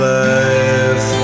life